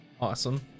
Awesome